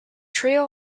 trio